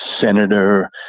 Senator